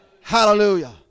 Hallelujah